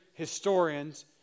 historians